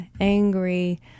angry